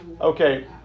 Okay